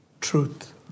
Truth